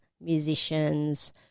musicians